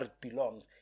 belongs